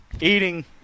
eating